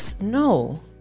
no